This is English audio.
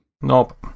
Nope